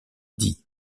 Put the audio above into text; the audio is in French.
die